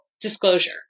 disclosure